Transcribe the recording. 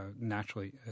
naturally